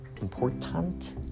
Important